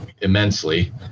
immensely